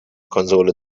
konsole